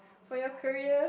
for your career